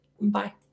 Bye